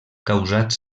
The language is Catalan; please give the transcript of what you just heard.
causats